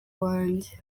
wanjye